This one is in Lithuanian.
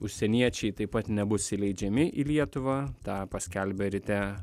užsieniečiai taip pat nebus įleidžiami į lietuvą tą paskelbė ryte